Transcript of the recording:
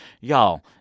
Y'all